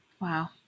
Wow